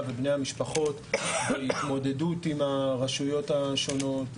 ובני המשפחות בהתמודדות עם הרשויות השונות,